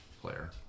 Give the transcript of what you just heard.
player